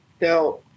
Now